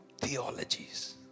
theologies